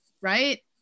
Right